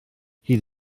hyd